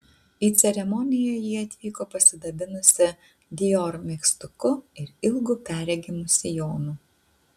į ceremoniją ji atvyko pasidabinusi dior megztuku ir ilgu perregimu sijonu